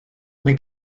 mae